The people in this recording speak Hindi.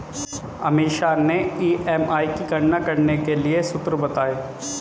अमीषा ने ई.एम.आई की गणना करने के लिए सूत्र बताए